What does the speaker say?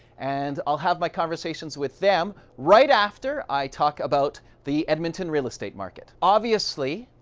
and i'll have my conversations with them right after i talk about the edmonton real estate market. obviously,